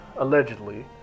allegedly